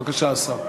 בבקשה, השר.